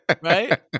Right